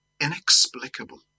inexplicable